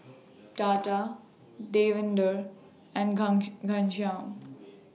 Tata Davinder and Ghanshyam